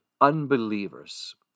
unbelievers